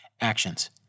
Actions